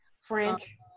French